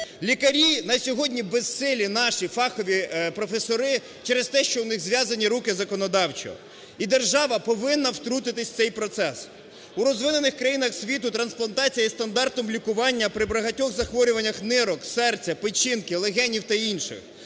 Лікарі на сьогодні безсилі, наші фахові професори, через те, що у них зв'язані руки законодавчо. І держава повинна втрутитись в цей процес. У розвинених країнах світу трансплантація є стандартом лікування при багатьох захворюваннях нирок, серця, печінки, легенів та інших.